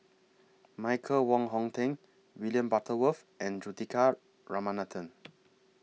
Michael Wong Hong Teng William Butterworth and Juthika Ramanathan